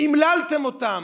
אמללתם אותם.